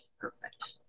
Perfect